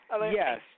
Yes